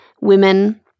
women